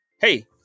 hey